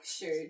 shirt